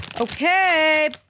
Okay